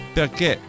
perché